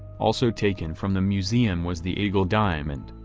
also taken from the museum was the eagle diamond,